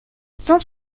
cent